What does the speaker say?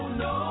no